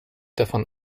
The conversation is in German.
davon